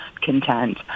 content